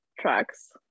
tracks